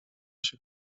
się